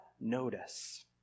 notice